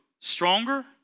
stronger